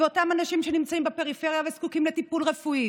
אותם אנשים שנמצאים בפריפריה וזקוקים לטיפול רפואי,